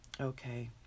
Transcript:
okay